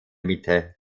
mitte